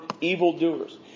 evildoers